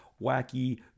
wacky